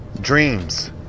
dreams